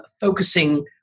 focusing